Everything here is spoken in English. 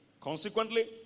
consequently